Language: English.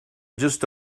just